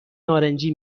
نارنجی